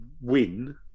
win